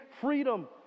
freedom